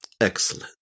Excellent